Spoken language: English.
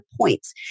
points